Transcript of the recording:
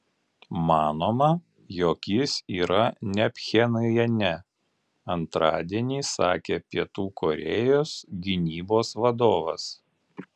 manoma jog jis yra ne pchenjane antradienį sakė pietų korėjos gynybos vadovas